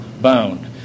bound